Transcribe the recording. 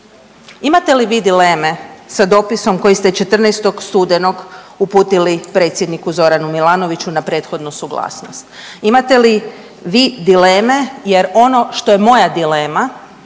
Imate li vi dileme sa dopisom koji ste 14. studenog uputili predsjedniku Zoranu Milanoviću na prethodnu suglasnost? Imate li vi dileme jer ono što je moja dilema